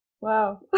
wow